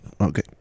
okay